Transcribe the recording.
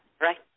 Right